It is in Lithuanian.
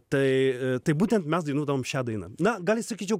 tai tai būtent mes dainuodavom šią dainą na gal sakyčiau